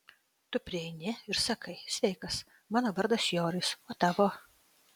tu prieini ir sakai sveikas mano vardas joris o tavo